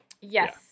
Yes